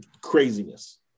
Craziness